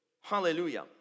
hallelujah